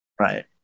Right